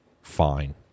fine